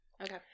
Okay